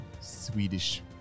Swedish